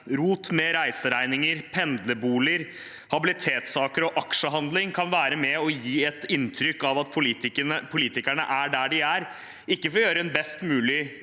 Rot med reiseregninger, pendlerboliger, habilitetssaker og aksjehandling kan være med på å gi et inntrykk av at politikerne er der de er, ikke for å gjøre en best mulig